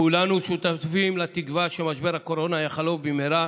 כולנו שותפים לתקווה שמשבר הקורונה יחלוף במהרה